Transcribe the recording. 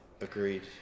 agreed